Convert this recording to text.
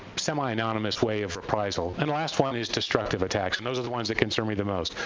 semi-anonymous way of reprisal. and the last one is destructive attacks, and those are the ones that concern me the most.